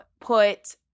put